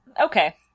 Okay